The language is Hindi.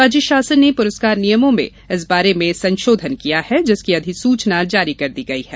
राज्य शासन ने पुरस्कार नियमों में इस बारे में संशोधन किया है जिसकी अधिसूचना जारी कर दी गई है